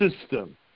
system